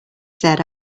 said